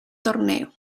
torneo